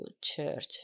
church